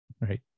Right